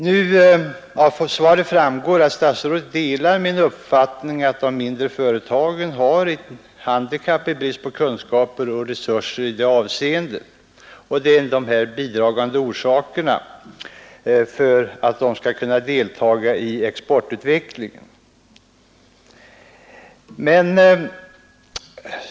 Av svaret framgår att statsrådet delar min uppfattning att de mindre företagen har ett handikapp i sin brist på kunskaper och resurser i det avseendet och att detta hämmar deras möjligheter att deltaga i exportutvecklingen.